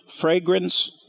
fragrance